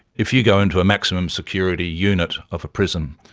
if you go into a maximum security unit of a prison,